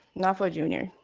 not for junior.